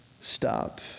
stop